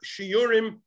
shiurim